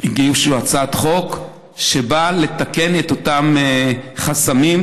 הגישו הצעת חוק שבאה לתקן את אותם חסמים,